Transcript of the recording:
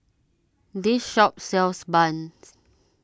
this shop sells Bun